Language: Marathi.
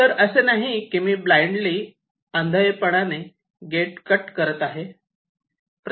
तर असे नाही की मी ब्लाइंडलि आंधळेपणाने गेट कट करत आहे